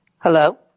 Hello